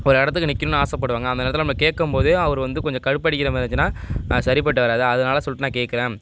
ஒரு இடத்துக்கு நிற்கணும்னு ஆசைப்படுவாங்க அந்த நேரத்தில் நம்ம கேட்கும் போதே அவர் வந்து கொஞ்சம் கடுப்படிக்கிறமாதிரி இருந்துச்சுன்னா சரிப்பட்டு வராது அதனால சொல்லிட்டு நான் கேட்குறேன்